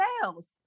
sales